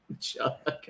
Chuck